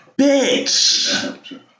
Bitch